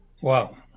Wow